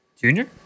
Junior